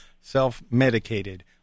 Self-Medicated